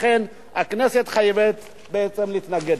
לכן הכנסת חייבת להתנגד.